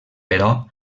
però